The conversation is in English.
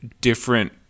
different